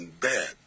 bad